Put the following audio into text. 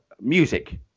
music